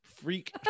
Freak